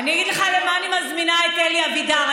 אני אגיד לך למה אני מזמינה את אלי אבידר.